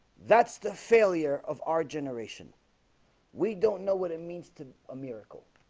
that's the failure of our generation we don't know what it means to a miracle.